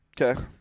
Okay